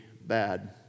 bad